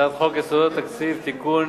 הצעת חוק יסודות התקציב (תיקון,